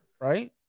right